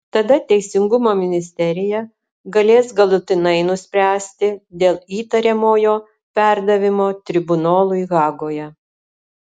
tada teisingumo ministerija galės galutinai nuspręsti dėl įtariamojo perdavimo tribunolui hagoje